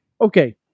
okay